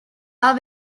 are